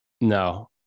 No